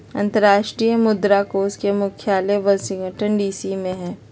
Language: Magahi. अंतरराष्ट्रीय मुद्रा कोष के मुख्यालय वाशिंगटन डीसी में हइ